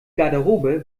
garderobe